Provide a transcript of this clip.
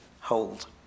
hold